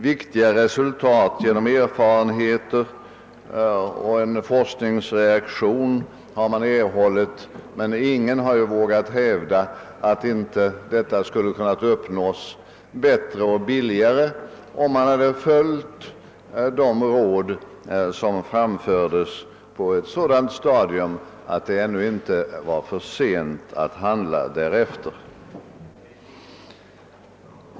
Viktiga resultat genom erfarenheter och en forskningsreaktion har man erhållit, men ingen har vågat hävda att inte detta skulle ha kunnat uppnås bättre och billigare, om man hade följt de expertråd som framfördes på ett så tidigt stadium att det ännu inte var för sent att handla därefter.